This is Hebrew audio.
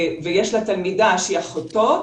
ויש לה תלמידה שהיא אחותו,